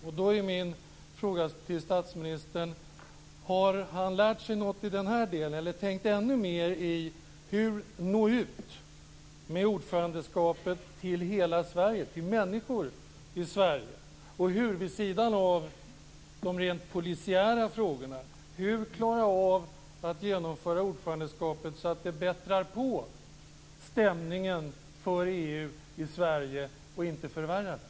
Därför är min fråga till statsministern: Har han lärt sig något i den här delen eller tänkt ännu mer på detta med hur nå ut med ordförandeskapet till hela Sverige, till människorna i Sverige, och hur vid sidan av de rent polisiära frågorna klara av att genomföra ordförandeskapet så att det bättrar på stämningen för EU i Sverige och inte förvärrar den?